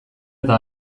eta